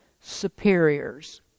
superiors